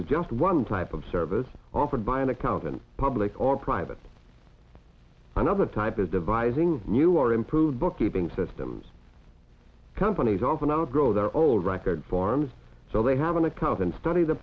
is just one type of service offered by an accountant public or private another type of devising new or improved bookkeeping systems companies often outgrow their old record farms so they have an account and study the